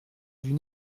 une